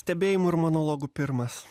stebėjimų ir monologų pirmas